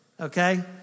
okay